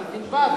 אנחנו נותנים בד.